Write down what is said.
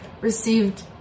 received